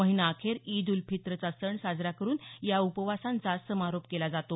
महिना अखेर ईद उल फित्रचा सण साजरा करून या उपवासांचा समारोप केला जातो